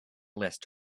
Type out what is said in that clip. list